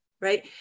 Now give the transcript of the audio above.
right